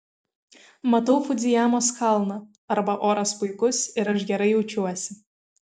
matau fudzijamos kalną arba oras puikus ir aš gerai jaučiuosi